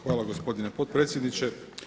Hvala gospodine potpredsjedniče.